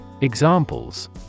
Examples